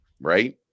right